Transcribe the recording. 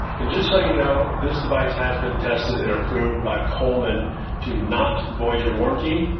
and just so you know, this device has been tested and approved by coleman to not void your warranty.